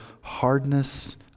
hardness